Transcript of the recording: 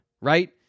right